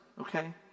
okay